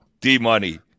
D-Money